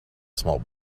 small